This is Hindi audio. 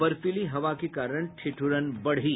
बर्फीली हवा के कारण ठिठुरन बढ़ी